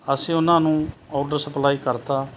ਅਸੀਂ ਉਨ੍ਹਾਂ ਨੂੰ ਓਡਰ ਸਪਲਾਈ ਕਰਤਾ